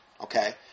okay